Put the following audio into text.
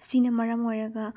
ꯑꯁꯤꯅ ꯃꯔꯝ ꯑꯣꯏꯔꯒ